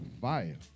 Fire